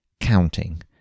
counting